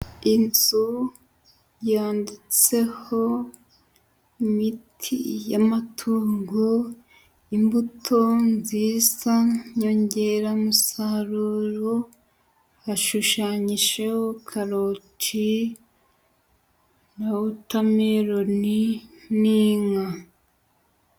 Inzu yanditseho imiti y'amatungo, imbuto nziza nyongeramusaruro, hashushanyijeho karoti na wotameroni n'inka.